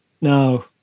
no